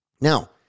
Now